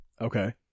Okay